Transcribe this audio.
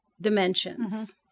dimensions